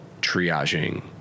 triaging